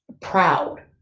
proud